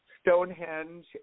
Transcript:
Stonehenge